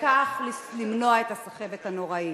ובכך למנוע את הסחבת הנוראית.